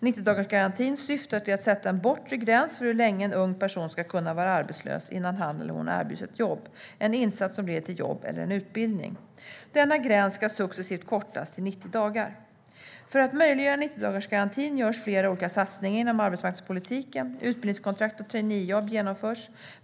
90-dagarsgarantin syftar till att sätta en bortre gräns för hur länge en ung person ska kunna vara arbetslös innan han eller hon erbjuds ett jobb, en insats som leder till jobb eller en utbildning. Denna gräns ska successivt kortas till 90 dagar. För att möjliggöra 90-dagarsgarantin görs flera olika satsningar inom arbetsmarknadspolitiken. Utbildningskontrakt och traineejobb genomförs.